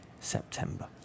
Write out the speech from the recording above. September